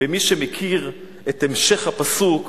ומי שמכיר את המשך הפסוק,